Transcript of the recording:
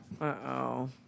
Uh-oh